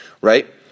right